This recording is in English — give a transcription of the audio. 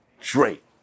Drake